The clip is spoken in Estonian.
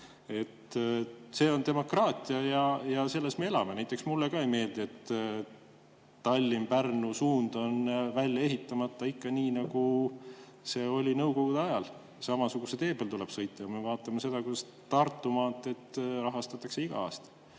See on demokraatia ja selles me elame. Näiteks mulle ka ei meeldi, et Tallinna–Pärnu suund on välja ehitamata ja nii, nagu see tee oli nõukogude ajal, samasuguse tee peal tuleb ka praegu sõita. Aga Tartu maanteed rahastatakse igal aastal.